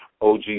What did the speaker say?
OG